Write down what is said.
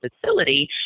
facility